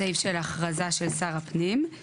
בסעיף של הכרזה של שר הפנים,